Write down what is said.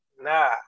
nah